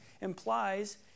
implies